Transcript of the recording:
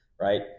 right